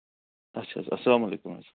اچھا حظ اَلسلام علیکُم حظ